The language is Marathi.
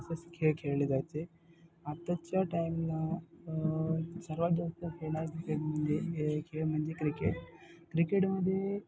तसेच खेळ खेळले जायचे आत्ताच्या टाईमला सर्वात जास्त खेळ आहे क्रिकेट म्हणजे खेळ म्हणजे क्रिकेट क्रिकेटमध्ये